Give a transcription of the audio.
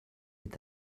est